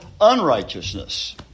unrighteousness